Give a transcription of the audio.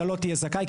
אתה לא תהיה זכאי,